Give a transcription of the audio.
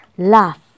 laugh